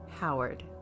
Howard